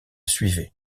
suivait